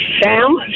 Sam